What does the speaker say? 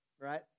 right